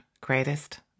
greatest